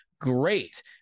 great